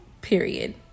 period